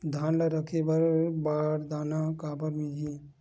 धान ल रखे बर बारदाना काबर मिलही?